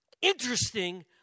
interesting